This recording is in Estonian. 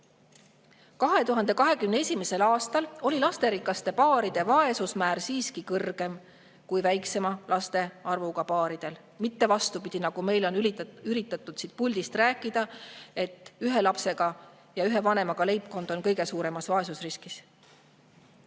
2021. aastal oli lasterikaste paaride vaesusmäär siiski kõrgem kui väiksema laste arvuga paaridel, mitte vastupidi, nagu meile on üritatud siit puldist rääkida, et ühe lapsega ja ühe vanemaga leibkond on kõige suuremas vaesusriskis.